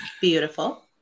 Beautiful